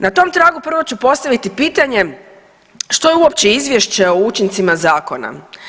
Na tom tragu prvo ću postaviti pitanje što je uopće Izvješće o učincima zakona.